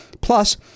plus